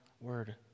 word